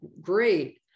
great